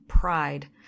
pride